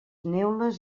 neules